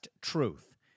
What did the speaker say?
Truth